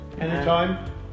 Anytime